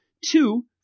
two